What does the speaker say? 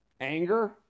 anger